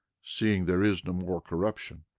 seeing there is no more corruption.